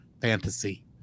fantasy